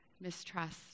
mistrust